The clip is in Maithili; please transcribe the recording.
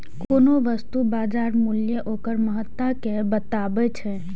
कोनो वस्तुक बाजार मूल्य ओकर महत्ता कें बतबैत छै